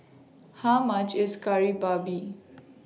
How much IS Kari Babi